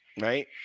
right